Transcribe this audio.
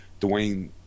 Dwayne